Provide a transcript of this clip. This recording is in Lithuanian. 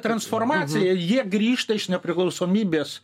transformacija jie grįžta iš nepriklausomybės